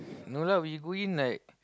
no lah we go in like